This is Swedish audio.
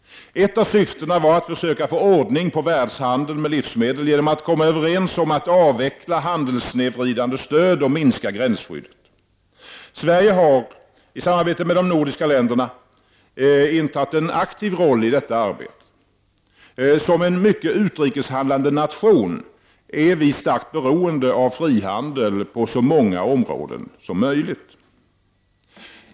Ett av syftena var att försöka få ordning på världshandeln med livsmedel genom att komma överens om att avveckla handelssnedvridande stöd och minska gränsskyddet. Sverige har, i samarbete med de nordiska länderna, intagit en aktiv roll i detta arbete. Som en i hög grad utrikeshandlande nation är vi starkt beroende av att ha frihandel på så många områden som möjligt.